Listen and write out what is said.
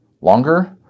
longer